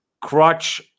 Crutch